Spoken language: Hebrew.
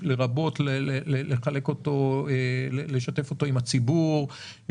לרבות לשתף אותו עם הציבור,